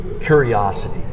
curiosity